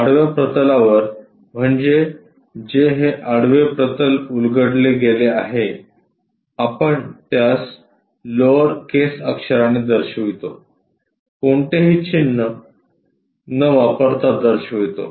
आडव्या प्रतलावर म्हणजे जे हे आडवे प्रतल उलगडले गेले आहे आपण त्यास लोअर केस अक्षरानी दर्शवितो कोणतेही चिन्ह ' किंवा ' न वापरता दर्शवितो